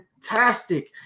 fantastic